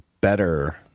better